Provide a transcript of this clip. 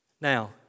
Now